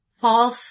False